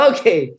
Okay